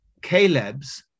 Calebs